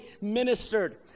ministered